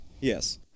Yes